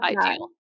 ideal